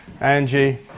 Angie